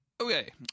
Okay